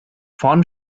vorn